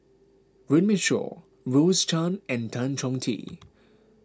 Runme Shaw Rose Chan and Tan Chong Tee